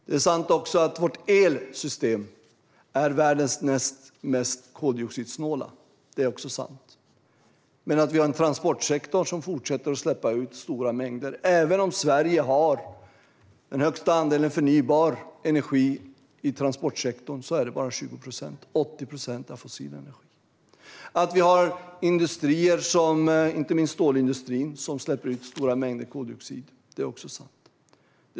Det är också sant att vårt elsystem är världens näst mest koldioxidsnåla - men vi har en transportsektor som fortsätter att släppa ut stora mängder. Även om Sverige har den högsta andelen förnybar energi i transportsektorn utgör den bara 20 procent; 80 procent är fossil energi. Att vi har industrier, inte minst stålindustrin, som släpper ut stora mängder koldioxid är också sant.